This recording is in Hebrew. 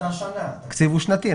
התקציב הוא שנתי.